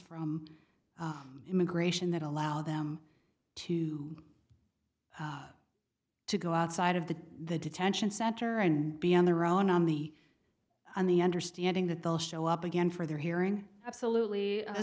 from immigration that allow them to to go outside of the the detention center and be on their own on the on the understanding that they'll show up again for their hearing absolutely